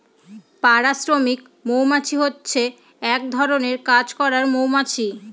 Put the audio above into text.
পাড়া শ্রমিক মৌমাছি হচ্ছে এক ধরনের কাজ করার মৌমাছি